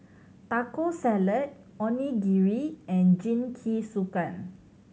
Taco Salad Onigiri and Jingisukan